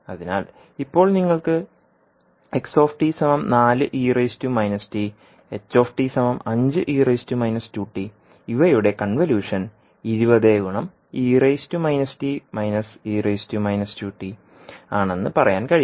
അതിനാൽ ഇപ്പോൾ നിങ്ങൾക്ക് 5 ഇവയുടെ കൺവല്യൂഷൻ ആണെന്ന് പറയാൻ കഴിയും